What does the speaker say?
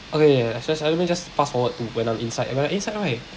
okay okay so let me just fast forward to when I'm inside when I'm inside right